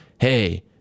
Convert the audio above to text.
hey